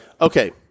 Okay